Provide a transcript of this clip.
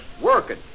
Working